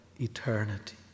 eternity